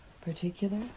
particular